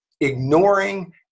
ignoring